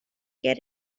get